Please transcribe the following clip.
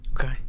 Okay